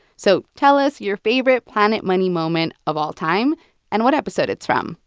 so tell us your favorite planet money moment of all time and what episode it's from.